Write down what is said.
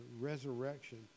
resurrection